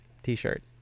t-shirt